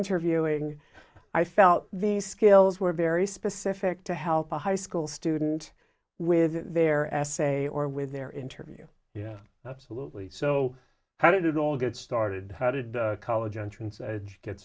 interviewing i felt these skills were very specific to help a high school student with their essay or with their interview yeah absolutely so how did it all get started how did the college entrance get